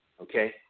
okay